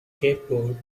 scabbard